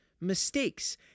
Mistakes